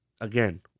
again